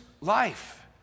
life